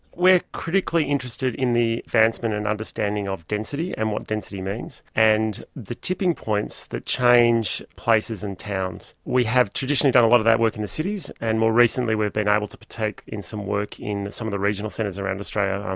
we're critically interested in the advancement and understanding of density and what density means, and the tipping points that change places and towns. we have traditionally done a lot of that work in the cities, and more recently we've been able to take in some work in some of the regional centres around australia, um